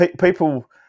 people